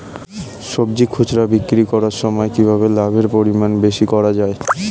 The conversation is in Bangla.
সবজি খুচরা বিক্রি করার সময় কিভাবে লাভের পরিমাণ বেশি করা যায়?